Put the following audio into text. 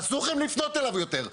אסור לכם לפנות אליו יותר.